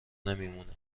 نمیمونه